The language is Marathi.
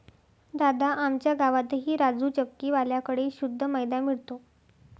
दादा, आमच्या गावातही राजू चक्की वाल्या कड़े शुद्ध मैदा मिळतो